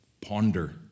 Ponder